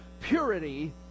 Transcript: purity